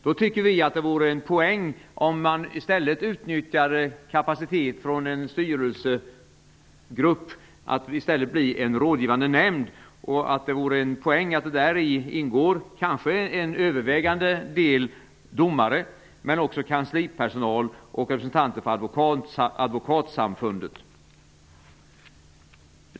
Vi tycker att det vore en poäng om man i stället utnyttjade kapacitet från en styrelsegrupp, att det i stället blir en rådgivande nämnd. Det vore en poäng att det däri ingår en övervägande andel domare men också kanslipersonal och representanter för Advokatsamfundet.